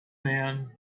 man